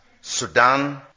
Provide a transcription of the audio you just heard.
Sudan